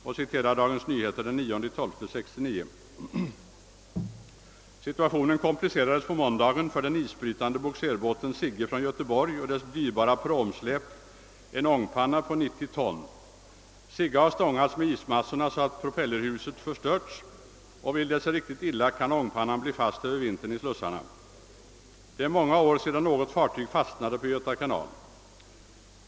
Jag citerar Dagens Nyheter den 9 december 1969: »Situationen komplicerades på måndagen för den isbrytande bogserbåten Sigge av Göteborg och dess dyrbara pråmsläp, en ångpanna på 90 ton. Sigge har stångats med ismassorna så att propellerhuset förstörts och vill det sig riktigt illa kan ångpannan bli fast över vintern i slussarna. Det är många år sedan något fartyg fastnade på Göta kanal.